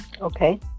okay